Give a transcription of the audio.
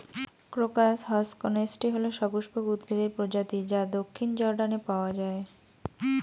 crocus হসকনেইচটি হল সপুষ্পক উদ্ভিদের প্রজাতি যা দক্ষিণ জর্ডানে পাওয়া য়ায়